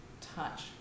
touch